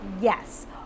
Yes